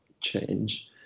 change